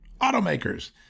automakers